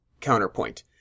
counterpoint